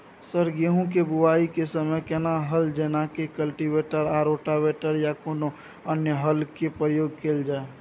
Sir गेहूं के बुआई के समय केना हल जेनाकी कल्टिवेटर आ रोटावेटर या कोनो अन्य हल के प्रयोग कैल जाए?